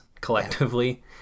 collectively